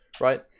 right